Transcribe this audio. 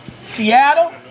Seattle